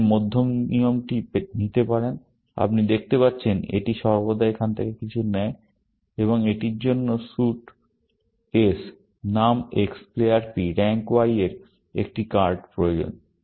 আপনি মধ্যম নিয়মটি নিতে পারেন আপনি দেখতে পাচ্ছেন এটি সর্বদা এখান থেকে কিছু নেয় এবং এটির জন্য স্যুট S নাম X player P rank Y এর একটি কার্ড প্রয়োজন